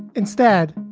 instead,